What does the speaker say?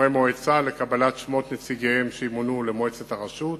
כחברי מועצה לקבלת שמות נציגיהם שימונו למועצת הרשות.